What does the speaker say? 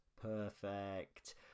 Perfect